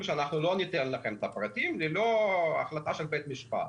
'אנחנו לא ניתן לכם את הפרטים ללא החלטה של בית המשפט'.